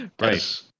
Right